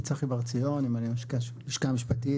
אני מהלשכה המשפטית,